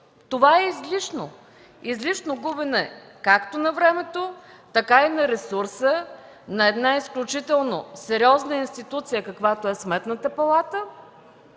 Това е излишно! Излишно губене както на времето, така и на ресурса на една изключително сериозна институция, каквато е Сметната палата,